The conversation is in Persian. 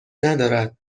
ندارد